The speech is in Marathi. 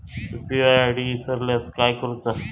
यू.पी.आय आय.डी इसरल्यास काय करुचा?